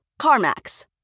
CarMax